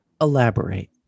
Elaborate